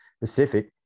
Pacific